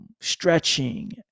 stretching